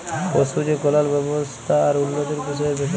পশু যে কল্যাল ব্যাবস্থা আর উল্লতির বিষয়ের ব্যাপার